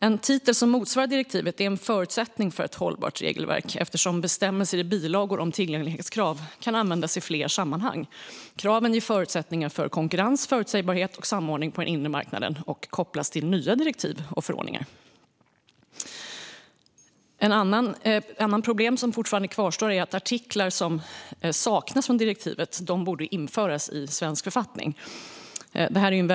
En titel som motsvarar direktivet är en förutsättning för ett hållbart regelverk eftersom bestämmelser i bilagor om tillgänglighetskrav kan användas i fler sammanhang. Kraven ger förutsättningar för konkurrens, förutsägbarhet och samordning på den inre marknaden och kopplas till nya direktiv och förordningar. Detta är en väldigt teknisk produkt, som har märkts i tidigare anföranden. Ett annat problem som fortfarande kvarstår är artiklar som saknas från direktivet och som borde införas i svensk författning.